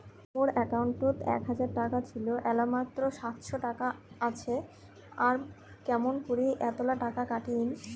মোর একাউন্টত এক হাজার টাকা ছিল এলা মাত্র সাতশত টাকা আসে আর কেমন করি এতলা টাকা কাটি নিল?